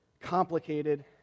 Complicated